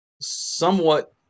somewhat